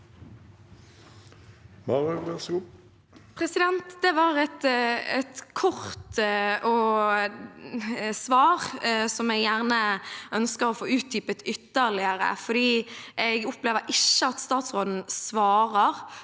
Det var et kort svar, som jeg gjerne ønsker å få utdypet ytterligere, for jeg opplever ikke at statsråden svarer